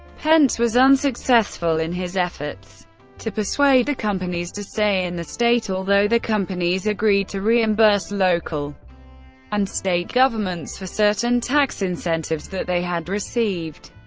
pence was unsuccessful in his efforts to persuade the companies to stay in the state, although the companies agreed to reimburse local and state governments for certain tax incentives that they had received.